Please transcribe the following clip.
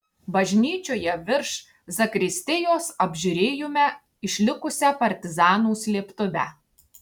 bažnyčioje virš zakristijos apžiūrėjome išlikusią partizanų slėptuvę